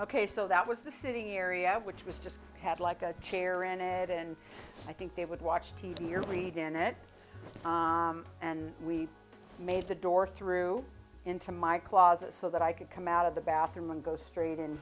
ok so that was the sitting area which was just a pad like a chair and ed and i think they would watch t v or read in it and we made the door through into my closet so that i could come out of the bathroom and go straight in